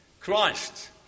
Christ